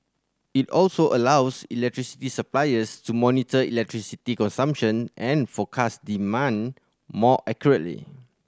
it also allows electricity suppliers to monitor electricity consumption and forecast demand more accurately